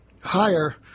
higher